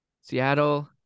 Seattle